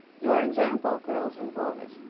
your example, girls and boys,